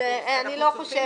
אני לא חושבת...